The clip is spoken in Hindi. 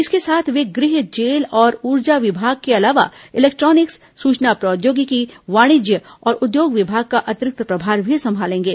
इसके साथ वे गृह जेल और ऊर्जा विभाग के अलावा इलेक्ट्रॉनिक्स सूचना प्रौद्योगिकी वाणिज्य और उद्योग विभाग का अतिरिक्त प्रभार भी संभालेंगे